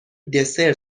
دسر